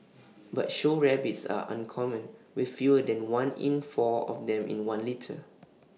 but show rabbits are uncommon with fewer than one in four of them in one litter